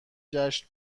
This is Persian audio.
جشن